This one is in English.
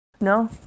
No